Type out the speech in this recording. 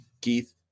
Keith